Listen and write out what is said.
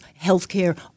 healthcare